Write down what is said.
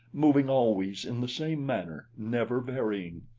moving always in the same manner, never varying.